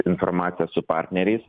informacija su partneriais